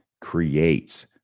creates